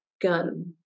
gun